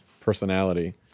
personality